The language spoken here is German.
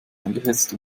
eingesetzt